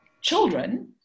children